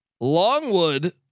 Longwood